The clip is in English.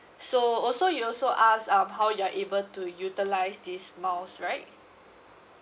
so also you also ask um how you're able to utilise these miles right